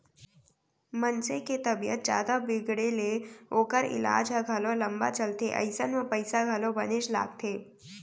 मनसे के तबीयत जादा बिगड़े ले ओकर ईलाज ह घलौ लंबा चलथे अइसन म पइसा घलौ बनेच लागथे